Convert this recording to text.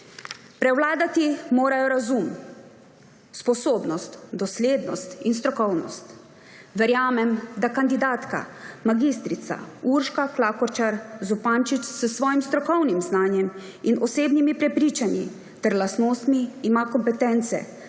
Prevladati morajo razum, sposobnost, doslednost in strokovnost. Verjamem, da kandidatka mag. Urška Klakočar Zupančič s svojim strokovnim znanjem in osebnimi prepričanji ter lastnostmi ima kompetence,